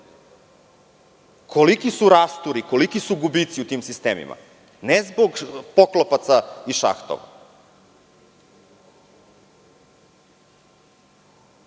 Koliki su rasturi, koliki su gubici u tim sistemima, ne zbog poklopaca iz šahtova. Ne